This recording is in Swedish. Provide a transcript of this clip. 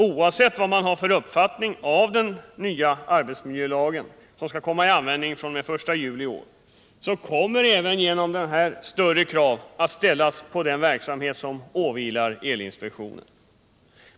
Oavsett vad man har för uppfattning om den nya arbetsmiljölagen, som skall komma i tillämpning den 1 juli i år, kommer även genom denna större krav att ställas på den verksamhet som åvilar elinspektionen.